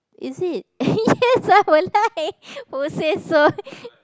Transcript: is it yes I would like who say so